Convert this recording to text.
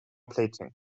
plating